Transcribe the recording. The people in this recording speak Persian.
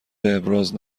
ابراز